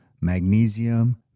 magnesium